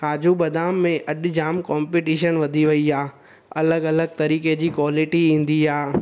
काजू बदाम में अॼु जाम कॉम्पिटीशन वधी वई आहे अलॻि अलॻि तरीके जी क़्वालिटी ईंदी आहे